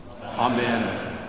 Amen